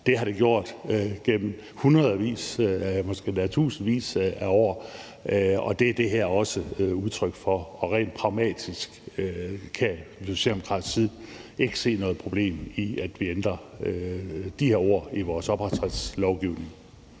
det har det gjort igennem hundredvis, måske endda tusindvis, af år, og det er det her også udtryk for. Og rent pragmatisk kan Socialdemokratiet ikke se noget problem i, at vi ændrer de her ord i vores ophavsretslovgivning.